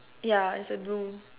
ya it's a blue